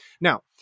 Now